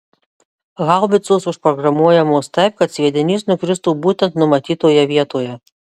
haubicos užprogramuojamos taip kad sviedinys nukristų būtent numatytoje vietoje